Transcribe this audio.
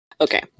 Okay